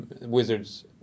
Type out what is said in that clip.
wizards